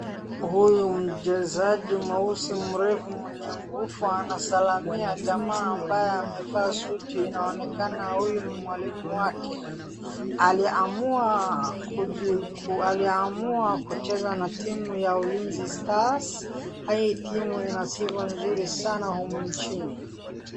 Huyu mchezaji mweusi mrefu mwenye nguvu anasalimia jamaa ambaye amevaa suti inaonekana huyu ni mwalimu wake. Aliamua kucheza na timu ya Ulinzi stars hii timu ina sifa nzuri sana humu nchini.